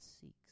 seeks